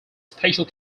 special